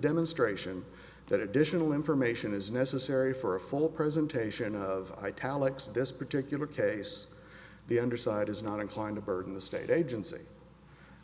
demonstration that additional information is necessary for a full presentation of italics this particular case the underside is not inclined to burden the state agency